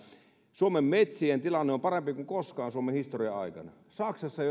suomen metsien tilanne on parempi kuin koskaan suomen historian aikana saksassa